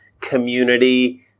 community